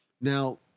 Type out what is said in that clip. Now